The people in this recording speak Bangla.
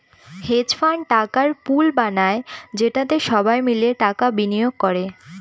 হেজ ফান্ড টাকার পুল বানায় যেটাতে সবাই মিলে টাকা বিনিয়োগ করে